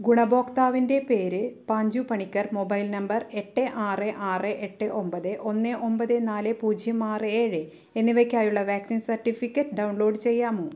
ഗുണഭോക്താവിൻ്റെ പേര് Panchu Panicker mobile number എട്ട് ആറ് ആറ് എട്ട് ഒൻപത് ഒന്ന് ഒൻപത് നാല് പൂജ്യം ആറ് ഏഴ് എന്നിവയ്ക്കായുള്ള വാക്സിൻ സർട്ടിഫിക്കറ്റ് ഡൗൺലോഡ് ചെയ്യാമോ